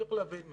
צריך להבין משהו.